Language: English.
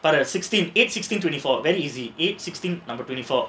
but at sixteen eight sixteen twenty four very easy eight sixteen number twenty four